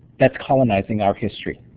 that's colonizing our history.